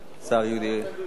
השר יולי אדלשטיין,